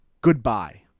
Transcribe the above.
Goodbye